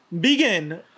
begin